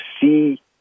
see